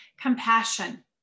Compassion